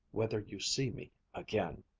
whether you see me again.